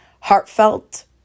heartfelt